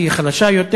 שהיא חלשה יותר.